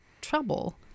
trouble